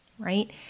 right